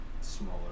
smaller